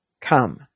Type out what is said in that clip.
Come